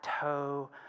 toe